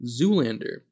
zoolander